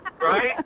Right